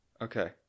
Okay